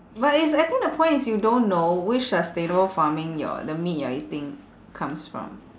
but it's I think the point is you don't know which sustainable farming your the meat you're eating comes from